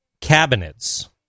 cabinets